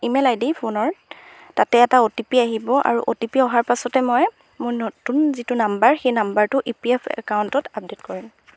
email ID ফোনৰ তাতে এটা অ' টি পি আহিব আৰু অ' টি পি অহাৰ পাছতে মই মোৰ নতুন যিটো নম্বৰ সেই নম্বৰটো ই পি এফ একাউণ্টত আপডেট কৰিম